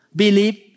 believe